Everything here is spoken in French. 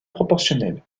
proportionnel